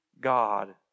God